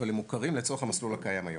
אבל הם מוכרים לצורך המסלול הקיים היום.